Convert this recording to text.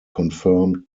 confirmed